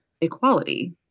equality